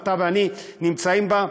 אתה ואני נמצאים בה: